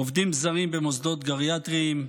עובדים זרים במוסדות גריאטריים,